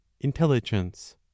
intelligence